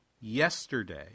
yesterday